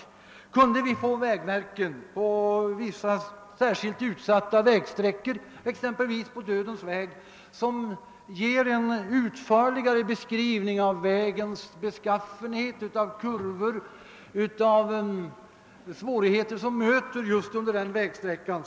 Jag tror det skulle ha stor betydelse om vi på vissa särskilt utsatta vägstäckor, exempelvis på »Dödens väg», kunde få vägmärken som gav en utförligare beskrivning av vägens beskaffenhet med angivande exempelvis av kurvor på vägsträckan.